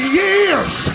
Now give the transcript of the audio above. years